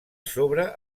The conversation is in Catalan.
sobre